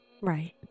Right